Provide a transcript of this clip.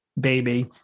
baby